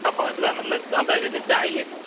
अपने होय हमरा जे से चाही